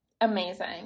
Amazing